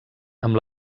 amb